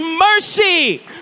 mercy